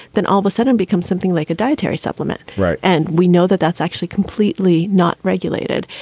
then all of a sudden become something like a dietary supplement. right. and we know that that's actually completely not regulated.